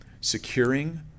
Securing